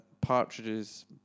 Partridge's